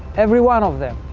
everyone of them.